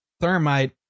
thermite